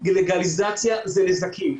כי לגליזציה זה נזקים.